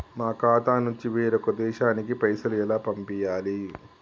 మా ఖాతా నుంచి వేరొక దేశానికి పైసలు ఎలా పంపియ్యాలి?